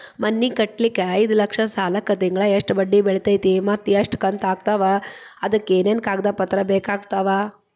ಮನಿ ಕಟ್ಟಲಿಕ್ಕೆ ಐದ ಲಕ್ಷ ಸಾಲಕ್ಕ ತಿಂಗಳಾ ಎಷ್ಟ ಬಡ್ಡಿ ಬಿಳ್ತೈತಿ ಮತ್ತ ಎಷ್ಟ ಕಂತು ಆಗ್ತಾವ್ ಅದಕ ಏನೇನು ಕಾಗದ ಪತ್ರ ಬೇಕಾಗ್ತವು?